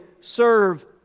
serve